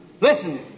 listen